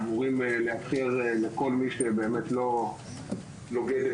אמורים לאפשר לכל מי שבאמת לא נוגד את